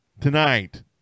tonight